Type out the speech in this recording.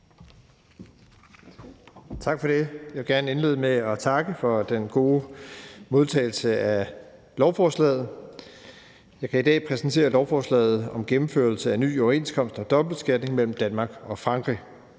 Tak for det. Jeg vil gerne indlede med at takke for den gode modtagelse af lovforslaget. Jeg kan i dag præsentere lovforslaget om gennemførelse af ny overenskomst om dobbeltbeskatning mellem Danmark og Frankrig.